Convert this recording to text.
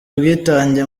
ubwitange